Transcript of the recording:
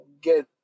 get